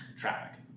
traffic